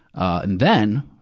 and then,